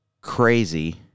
crazy